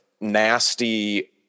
nasty